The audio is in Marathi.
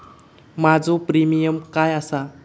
माझो प्रीमियम काय आसा?